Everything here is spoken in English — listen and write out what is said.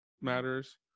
matters